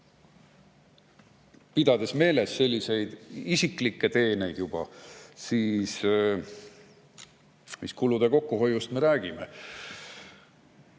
Pidades silmas selliseid isiklikke teeneid, siis mis kulude kokkuhoiust me räägime?